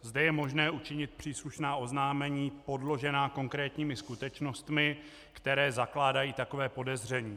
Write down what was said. Zde je možné učinit příslušná oznámení podložená konkrétními skutečnostmi, které zakládají takové podezření.